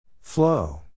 Flow